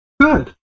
Good